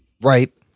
Right